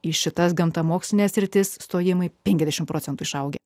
į šitas gamtamokslines sritis stojimai penkiasdešimt procentų išaugę